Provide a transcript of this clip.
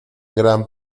gran